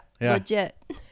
legit